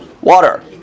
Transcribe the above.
water